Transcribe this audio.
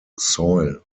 soil